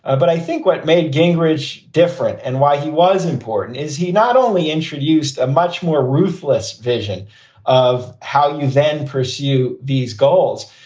ah but i think what made gingrich different and why he was important is he not only introduced a much more ruthless vision of how you then pursue these goals,